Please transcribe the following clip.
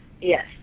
yes